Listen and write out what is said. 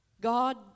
God